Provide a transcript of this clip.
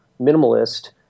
minimalist